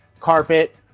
carpet